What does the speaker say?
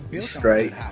straight